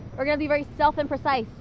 we're gonna be very stealth and precise.